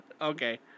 Okay